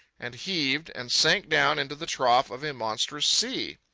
and heaved and sank down into the trough of a monstrous sea.